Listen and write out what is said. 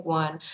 one